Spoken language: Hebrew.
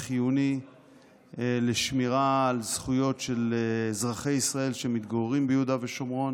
והוא חיוני לשמירה על זכויות של אזרחי ישראל שמתגוררים ביהודה ושומרון